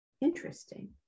Interesting